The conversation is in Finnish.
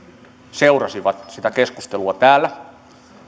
seurasivat sitä keskustelua täällä